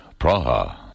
Praha